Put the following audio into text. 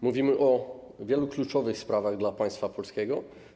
Mówimy o wielu kluczowych sprawach dla państwa polskiego.